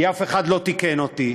כי אף אחד לא תיקן אותי.